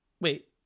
Wait